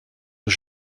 aux